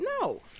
no